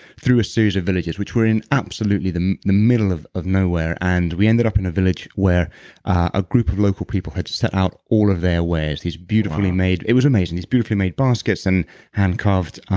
through a series of villages which were in absolutely the the middle of of nowhere and we ended up in a village where a group of local people had just set out all of their wares wow. these beautifully made. it was amazing, these beautifully made baskets and handcarved